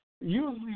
Usually